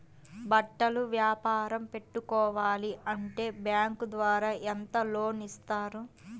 బట్టలు వ్యాపారం పెట్టుకోవాలి అంటే బ్యాంకు ద్వారా ఎంత లోన్ ఇస్తారు?